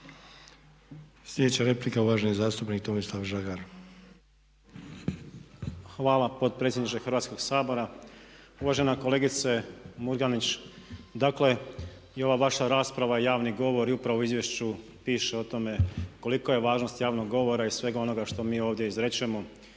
Sljedeća replika uvaženi zastupnik Tomislav Žagar. **Žagar, Tomislav (SDP)** Hvala potpredsjedniče Hrvatskog sabora. Uvažena kolegice Murganić. Dakle i ova vaša rasprava i javni govor i upravo u izvješću piše o tome koliko je važnost javnog govora i svega onoga što mi ovdje izrečemo.